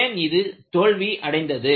ஏன் இது தோல்வி அடைந்தது